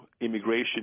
immigration